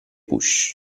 push